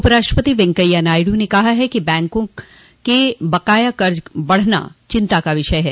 उप राष्ट्रपति वेंकैया नायडू ने कहा है कि बैंकों के बकाया कज बढ़ना चिंता का विषय है